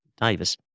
Davis